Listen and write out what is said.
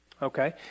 Okay